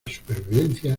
supervivencia